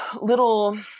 little